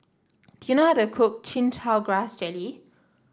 do you know how to cook Chin Chow Grass Jelly